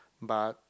but